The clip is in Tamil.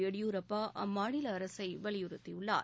எடியூரப்பா அம்மாநில அரசை வலியுறுத்தியுள்ளார்